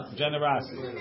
generosity